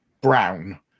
brown